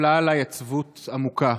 נפלה עליי עצבות עמוקה,